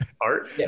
art